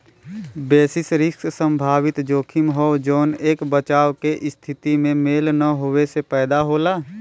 basis risk संभावित जोखिम हौ जौन एक बचाव के स्थिति में मेल न होये से पैदा होला